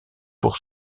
pour